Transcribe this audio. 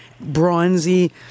bronzy